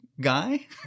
guy